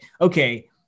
okay